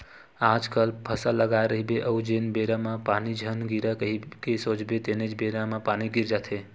आजकल फसल लगाए रहिबे अउ जेन बेरा म पानी झन गिरय कही के सोचबे तेनेच बेरा म पानी गिर जाथे